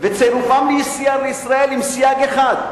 וצירופם לישראל, עם סייג אחד: